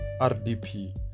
RDP